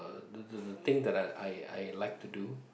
the the the thing that I I I like to do